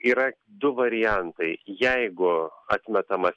yra du variantai jeigu atmetamas